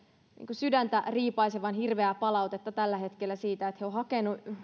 sydäntä riipaisevan hirveää palautetta tällä hetkellä siitä että he ovat hakeneet